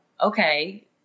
okay